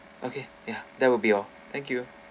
okay ya that will be all thank you